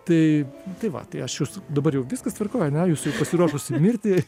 tai tai va tai aš jus dabar jau viskas tvarkoj ane jūs pasiruošusi mirti